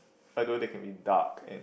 although they can be dark and